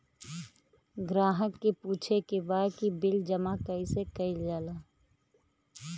ग्राहक के पूछे के बा की बिल जमा कैसे कईल जाला?